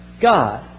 God